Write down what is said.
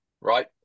right